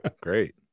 great